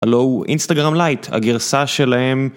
הלו הוא אינסטגרם לייט הגרסה שלהם